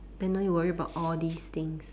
then no need worry about all these things